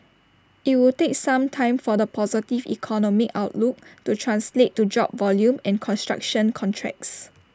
IT would take some time for the positive economic outlook to translate to job volume and construction contracts